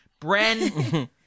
Bren